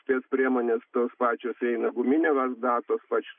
spec priemonės tos pačios eina guminė lazda tos pačios